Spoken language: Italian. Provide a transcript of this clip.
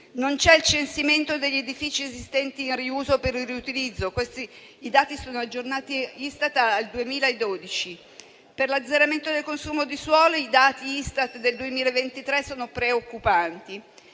Non c'è il censimento degli edifici esistenti in riuso per il riutilizzo, i cui dati Istat sono aggiornati al 2012. Per l'azzeramento del consumo di suolo i dati Istat del 2023 sono preoccupanti.